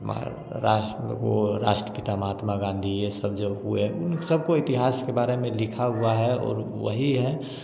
वो राष्ट्रपिता महात्मा गाँधी ये सब जो हुए उन सबको इतिहास के बारे में लिखा हुआ है और वही है